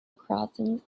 crossings